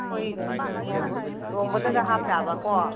ꯑꯩꯈꯣꯏ ꯂꯨꯍꯣꯡꯕ ꯂꯨꯍꯣꯡꯕꯗꯒ ꯍꯥꯞ ꯌꯥꯕꯀꯣ